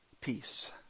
peace